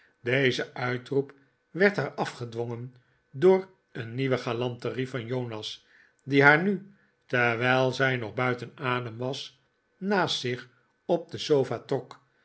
deze uitroep werd haar afgedwongen door een niuwe galanterie van jonas die haar nu terwijl zij nog buiten adem was naast zich op de sofa trok